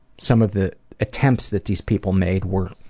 some of the attempts that these people made were